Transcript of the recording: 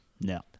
No